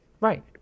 Right